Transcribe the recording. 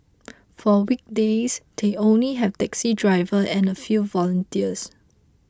for weekdays they only have taxi drivers and a few volunteers